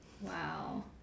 wow